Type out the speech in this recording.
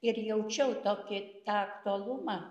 ir jaučiau tokį tą aktualumą